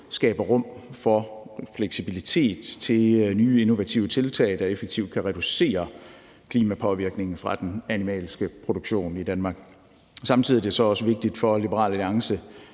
skaber rum for fleksibilitet til nye innovative tiltag, der effektivt kan reducere klimapåvirkningen fra den animalske produktion i Danmark. Samtidig er det så også vigtigt for Liberal Alliance,